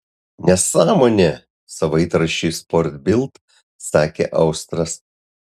nesąmonė savaitraščiui sport bild sakė austras